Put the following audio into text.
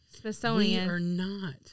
Smithsonian